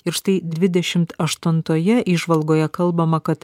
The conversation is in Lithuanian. ir štai dvidešimt aštuntoje įžvalgoje kalbama kad